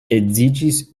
edziĝis